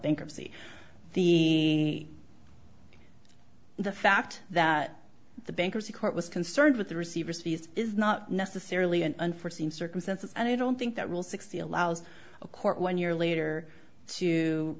bankruptcy the the fact that the bankruptcy court was concerned with the receivers fees is not necessarily an unforseen circumstances and i don't think that will sixty allows a court one year later to